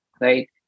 right